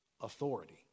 authority